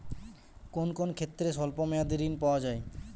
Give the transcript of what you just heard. কোন কোন ক্ষেত্রে স্বল্প মেয়াদি ঋণ পাওয়া যায়?